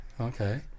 Okay